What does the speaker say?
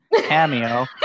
cameo